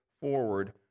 forward